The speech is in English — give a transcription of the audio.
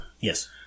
Yes